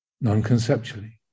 Non-conceptually